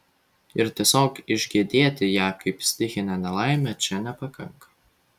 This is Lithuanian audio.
ir tiesiog išgedėti ją kaip stichinę nelaimę čia nepakanka